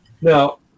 Now